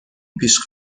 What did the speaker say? پیش